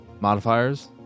modifiers